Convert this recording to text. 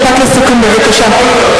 משפט לסיכום, בבקשה.